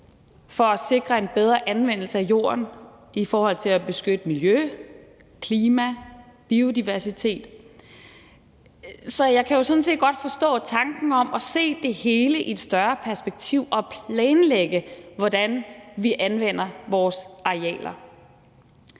for at sikre en bedre anvendelse af jorden i forhold til at beskytte miljø, klima og biodiversitet. Så jeg kan jo sådan set godt forstå tanken om at se det hele i et større perspektiv og planlægge, hvordan vi anvender vores arealer.